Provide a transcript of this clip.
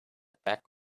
peck